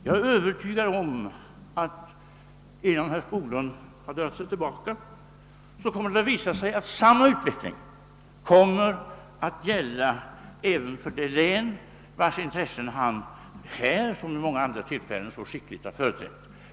Jag är övertygad om att det, innan herr Skoglund har dragit sig tillbaka, kommer att visa sig att samma utveckling kommer att ske även i det län, vars intressen han här liksom vid många andra tillfällen så skickligt har företrätt.